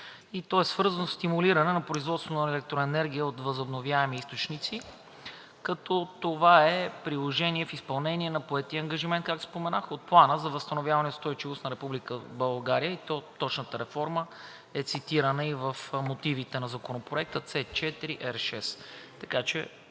То е свързано със стимулиране на производството на електроенергия от възобновяеми източници, като това е приложение в изпълнение на поетите ангажименти, както споменах, от Плана за възстановяване и устойчивост на Република България. Точната реформа е цитирана и в мотивите на Законопроекта – C4R-6.